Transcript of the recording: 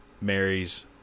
marries